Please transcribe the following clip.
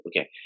okay